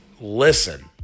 listen